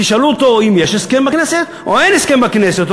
תשאלו אותו אם יש הסכם בכנסת ואם אין הסכם בכנסת.